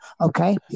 Okay